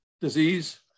disease